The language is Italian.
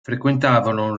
frequentano